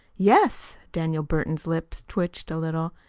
yes. daniel burton's lips twitched a little.